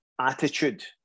attitude